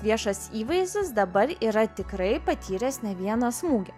viešas įvaizdis dabar yra tikrai patyręs ne vieną smūgį